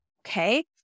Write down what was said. okay